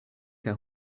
kaj